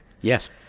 Yes